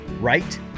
right